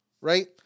Right